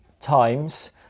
times